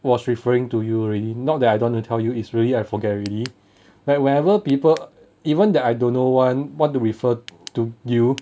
was referring to you really not that I don't want to tell you it's really I forget already like wherever people even that I don't know [one] what to refer to you